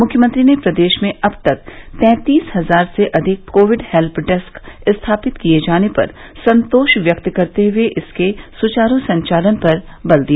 मुख्यमंत्री ने प्रदेश में अब तक तैंतीस हजार से अधिक कोविड हेल्प डेस्क स्थापित किए जाने पर संतोष व्यक्त करते हुए इनके सुचारू संचालन पर बल दिया